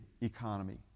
economy